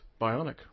bionic